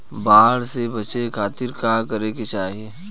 बाढ़ से बचे खातिर का करे के चाहीं?